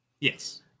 yes